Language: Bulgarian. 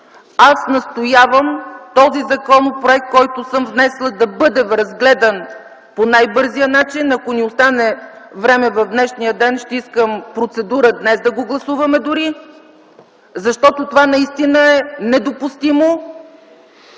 аз настоявам законопроектът, който съм внесла, да бъде разгледан по най-бързия начин. Ако ни остане време в днешния ден, ще искам процедура днес да го гласуваме дори, защото това наистина е недопустимо